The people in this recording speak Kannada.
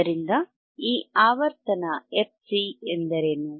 ಆದ್ದರಿಂದ ಈ ಆವರ್ತನ fc ಎಂದರೇನು